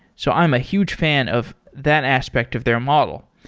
so i'm a huge fan of that aspect of their model.